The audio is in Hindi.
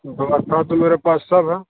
व्यवस्था तो मेरे पास सब है